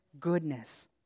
goodness